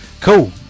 Cool